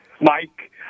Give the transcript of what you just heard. Mike